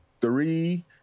three